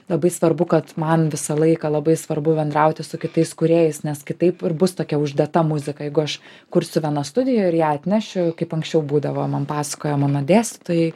labai svarbu kad man visą laiką labai svarbu bendrauti su kitais kūrėjais nes kitaip ir bus tokia uždėta muzika jeigu aš kursiu viena studijoj ir ją atnešiu kaip anksčiau būdavo man pasakojo mano dėstytojai